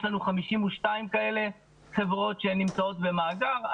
יש לנו 52 כאלה חברות שנמצאות במאגר.